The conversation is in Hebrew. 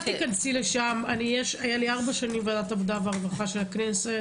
היה לי ארבע שנים בוועדת העבודה והרווחה של הכנסת.